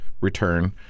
return